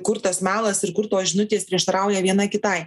kur tas melas ir kur tos žinutės prieštarauja viena kitai